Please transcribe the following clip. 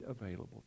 available